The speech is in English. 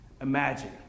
imagine